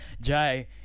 Jai